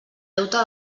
deute